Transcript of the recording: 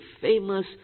famous